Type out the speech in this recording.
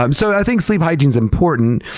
and so i think sleep hygiene's important,